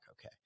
okay